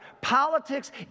Politics